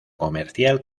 comercial